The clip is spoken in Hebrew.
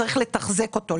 צריך לתחזק אותו,